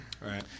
Right